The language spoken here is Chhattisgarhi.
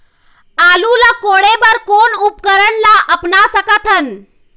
आलू ला कोड़े बर कोन उपकरण ला अपना सकथन?